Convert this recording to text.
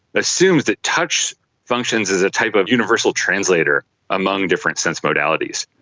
assumes that touch functions as a type of universal translator among different sense modalities.